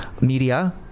Media